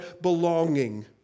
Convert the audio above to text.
belonging